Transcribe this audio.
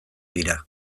dira